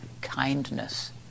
kindness